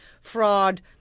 fraud